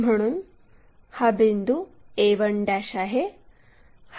म्हणून हा बिंदू a1 आहे